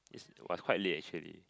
it was quite late actually